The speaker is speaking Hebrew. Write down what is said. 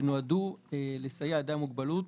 שנועדו לסייע לאדם עם מוגבלות.